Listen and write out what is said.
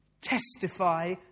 testify